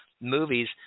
movies